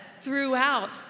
throughout